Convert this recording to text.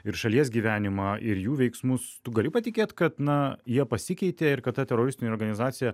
ir šalies gyvenimą ir jų veiksmus tu gali patikėt kad na jie pasikeitė ir kad teroristinė organizacija